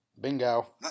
Bingo